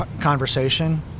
conversation